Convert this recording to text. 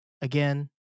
again